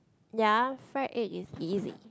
ya fried egg is easy